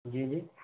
جی جی